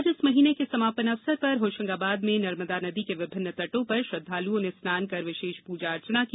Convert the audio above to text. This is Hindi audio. आज इस महीने के समापन अवसर पर होशंगाबाद में नर्मदा नदी के विभिन्न तटों पर श्रद्धालुओं ने स्नान कर विशेष पूजा अर्चना की